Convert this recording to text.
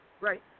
Right